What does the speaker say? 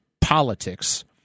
politics